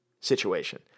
situation